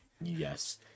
Yes